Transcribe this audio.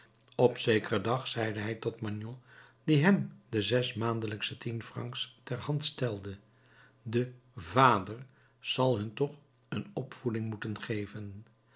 op zekeren dag zeide hij tot magnon die hem de zesmaandelijksche tien francs ter hand stelde de vader zal hun toch een opvoeding moeten geven